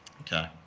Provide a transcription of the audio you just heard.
Okay